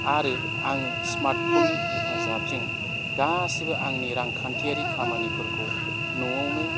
आरो आङो स्मार्ट फननि हेफाजाबजों गासिबो आंनि रांखान्थियारि खामानिफोरखौ न'आवनो